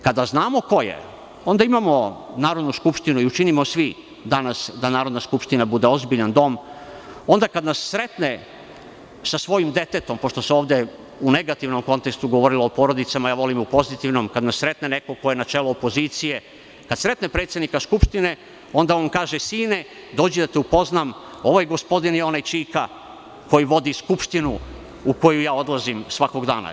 Kada znamo ko je, onda imamo Narodnu skupštinu i učinimo svi danas da Narodna skupština bude ozbiljan dom, onda kad nas sretne sa svojim detetom, pošto se ovde u negativnom kontekstu govorilo o porodicama, ja volim u pozitivnom, kad nas sretne neko ko je na čelu opozicije, kad sretne predsednika Skupštine, onda on kaže – sine, dođi da te upoznam, ovaj gospodin je onaj čika koji vodi Skupštinu u koju ja odlazim svakog dana.